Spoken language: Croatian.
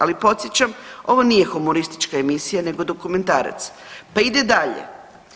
Ali podsjećam ovo nije humoristička emisija nego dokumentarac, pa ide dalje.